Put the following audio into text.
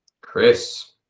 Chris